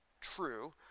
true